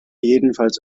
jedenfalls